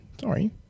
sorry